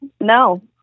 No